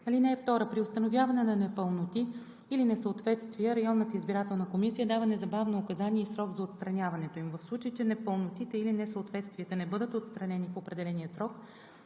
кандидати. (2) При установяване на непълноти или несъответствия районната избирателна комисия дава незабавно указания и срок за отстраняването им. В случай че непълнотите или несъответствията не бъдат отстранени в определения срок,